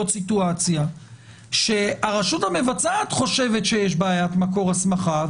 סיטואציה שהרשות המבצעת חושבת שיש בעיית מקור הסמכה,